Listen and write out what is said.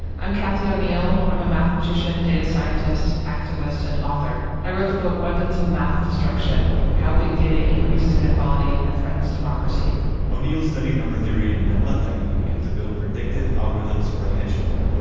i'm cathy o'neil. i'm a mathematician, data scientist, activist, and author. i wrote the book weapons of math destruction how big data increases inequality and threatens democracy o'neil studied number theory and then left academia to build predictive algorithms for a hedge fund,